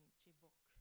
Chibok